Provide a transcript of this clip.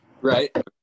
Right